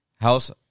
House